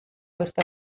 beste